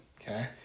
Okay